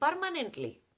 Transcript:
permanently